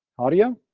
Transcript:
audio,